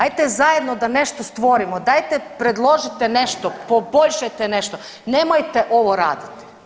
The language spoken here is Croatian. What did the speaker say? Ajde zajedno da nešto stvorimo, dajte predložite nešto, poboljšajte nešto, nemojte ovo raditi.